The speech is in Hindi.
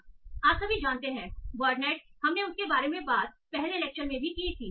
इसलिए आप सभी जानते हैं वर्ड़नेट हमने उसके बारे में बात पहले लेक्चर में की थी